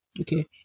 Okay